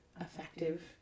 effective